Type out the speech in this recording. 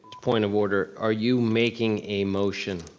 point of order, are you making a motion?